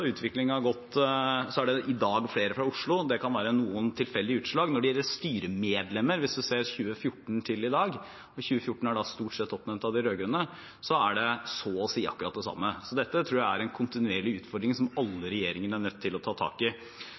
er det i dag flere fra Oslo. Det kan være noen tilfeldige utslag. Når det gjelder styremedlemmer, hvis man ser fra 2014 til i dag – i 2014 var de stort sett oppnevnt av de rød-grønne – er det så å si akkurat det samme. Dette tror jeg er en kontinuerlig utfordring som alle regjeringer er nødt til å ta tak i.